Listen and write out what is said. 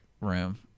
room